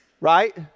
Right